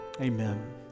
Amen